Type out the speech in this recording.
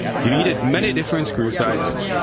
you needed many different screw sizes,